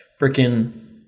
freaking